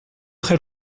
très